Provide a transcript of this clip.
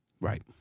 Right